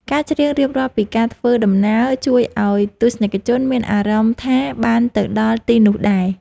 ការច្រៀងរៀបរាប់ពីការធ្វើដំណើរ ជួយឱ្យទស្សនិកជនមានអារម្មណ៍ថាបានទៅដល់ទីនោះដែរ។